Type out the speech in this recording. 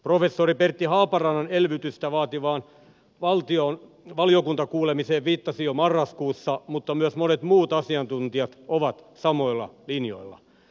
professori pertti haaparannan elvytystä vaativaan valiokuntakuulemiseen viittasin jo marraskuussa mutta myös monet muut asiantuntijat ovat samoilla linjoilla